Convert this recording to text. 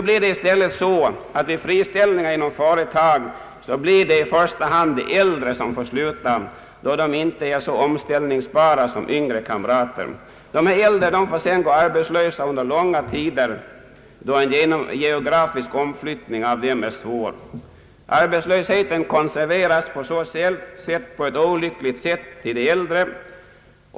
Vid friställningar inom företag blir det nu i första hand de äläre som får sluta, då de inte är så omställningsbara som yngre kamrater. De får sedan gå arbetslösa under långa tider, eftersom en geografisk omflyttning av dem är svår. Arbetslösheten konserveras därför på ett olyckligt sätt till de äldre.